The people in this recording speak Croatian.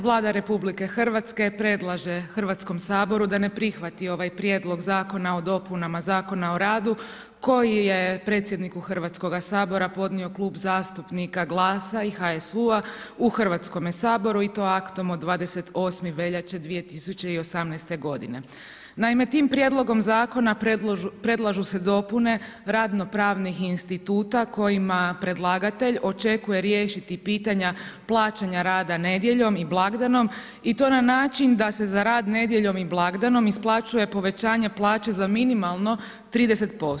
Vlada RH predlaže Hrvatskom saboru da ne prihvati ovaj prijedlog Zakona o dopunama Zakona o radu, koji je predsjedniku Hrvatskoga sabora podnio Klub zastupnika GLAS-a i HSU-a u Hrvatskome saboru i to aktom od 28. veljače 2018. g. Naime tim prijedlogom zakona, predlaže se dopune radno pravnih instituta kojima predlagatelj očekuje riješiti pitanja plaćanje rada nedjeljom i blagdanom i to na način, da se za rad nedjeljom i blagdanom isplaćuje povećanje plaće za minimalno 30%